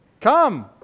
come